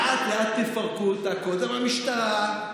לאט-לאט תפרקו אותה: קודם המשטרה,